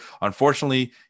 Unfortunately